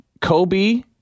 Kobe